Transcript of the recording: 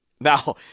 Now